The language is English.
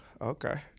okay